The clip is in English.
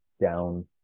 down